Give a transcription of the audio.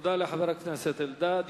תודה לחבר הכנסת אלדד.